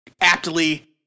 aptly